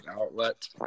outlet